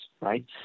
right